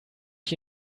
ich